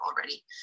already